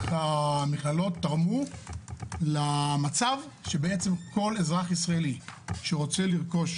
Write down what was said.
המכללות תרמו למצב שבעצם כל אזרח ישראלי שרוצה לרכוש